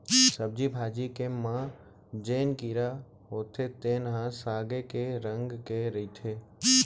सब्जी भाजी के म जेन कीरा होथे तेन ह सागे के रंग के रहिथे